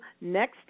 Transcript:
next